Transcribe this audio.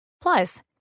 Plus